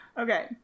okay